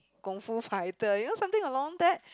Kung-Fu fighter you know something along that